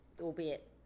albeit